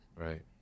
Right